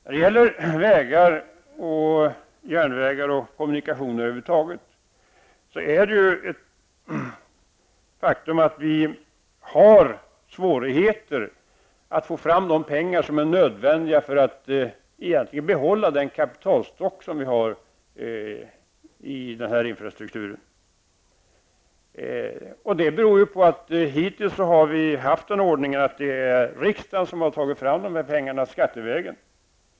När det gäller vägar, järnvägar, och kommunikationer över huvud taget är det ett faktum att vi har svårigheter att få fram de pengar som är nödvändiga för att behålla den kapitalstock som vi har i den infrastrukturen. Det beror på att vi hittills haft den ordningen att riksdagen tagit fram de pengarna skattevägen.